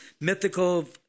mythical